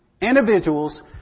individuals